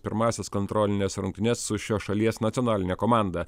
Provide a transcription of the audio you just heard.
pirmąsias kontrolines rungtynes su šios šalies nacionaline komanda